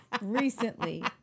recently